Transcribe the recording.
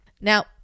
Now